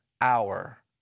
hour